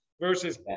Versus